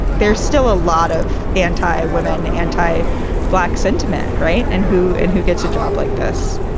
there's still a lot of anti women, anti black sentiment. right. and who and who gets a job like this?